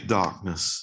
darkness